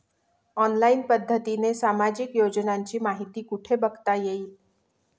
Online पद्धतीने सामाजिक योजनांची माहिती कुठे बघता येईल?